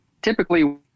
typically